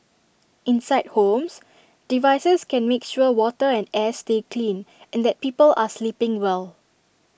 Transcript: inside homes devices can make sure water and air stay clean and that people are sleeping well